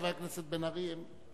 חבר הכנסת בן-ארי.